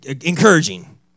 encouraging